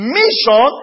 mission